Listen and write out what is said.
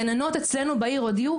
הגננות אצלנו בעיר הודיעו,